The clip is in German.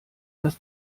das